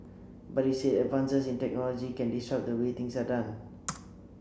but he said advances in technology can disrupt the way things are done